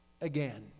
again